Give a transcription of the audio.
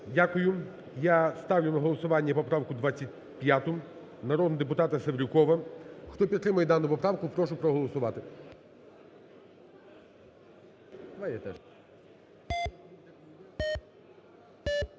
Дякую. Я ставлю на голосування поправку 25-у народного депутата Севрюкова. Хто підтримує дану поправку, прошу проголосувати.